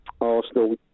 Arsenal